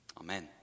Amen